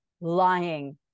lying